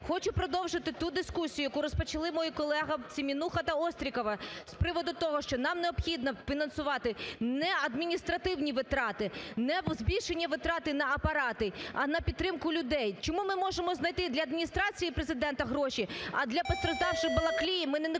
Хочу продовжити ту дискусію, яку розпочали мій колега Семенуха та Острікова, з приводу того, що нам необхідно фінансувати не адміністративні витрати, не збільшення витрат на апарати, а на підтримку людей. Чому ми можемо знайти для Адміністрації Президента гроші, а для пострадавших у Балаклії ми ні копійки